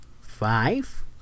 five